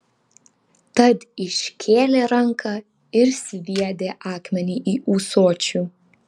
tad iškėlė ranką ir sviedė akmenį į ūsočių